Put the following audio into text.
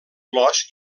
flors